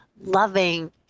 loving